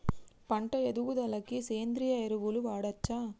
పంట ఎదుగుదలకి సేంద్రీయ ఎరువులు వాడచ్చా?